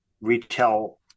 retail